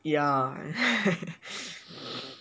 yeah